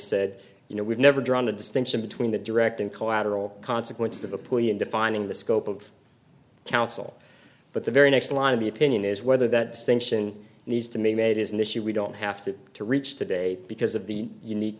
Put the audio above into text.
said you know we've never drawn a distinction between the direct and collateral consequences of a point in defining the scope of counsel but the very next line of the opinion is whether that distinction needs to be made is an issue we don't have to to reach today because of the unique